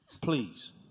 please